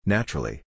Naturally